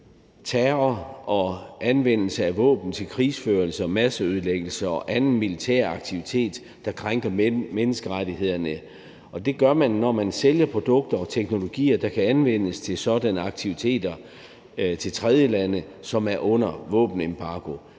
terror og anvendelse af våben til krigsførelse og masseødelæggelse og anden militær aktivitet, der krænker menneskerettighederne, og det gør man, når man sælger produkter og teknologier, der kan anvendes til sådanne aktiviteter, til tredjelande, som er under våbenembargo.